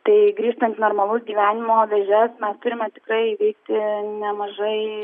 tai grįžtant į normalaus gyvenimo vėžes mes turime tikrai įveikti nemažai